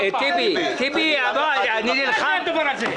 מה זה הדבר הזה?